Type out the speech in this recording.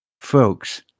folks